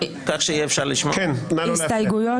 נפל.